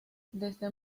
desde